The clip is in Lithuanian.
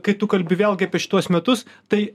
kai tu kalbi vėlgi apie šituos metus tai